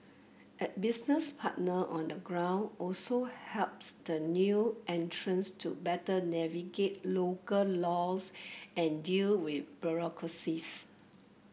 a business partner on the ground also helps the new entrants to better navigate local laws and deal with bureaucracies